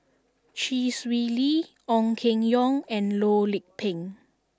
Chee Swee Lee Ong Keng Yong and Loh Lik Peng